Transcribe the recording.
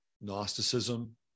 Gnosticism